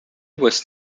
was